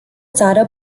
țară